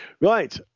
Right